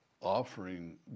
offering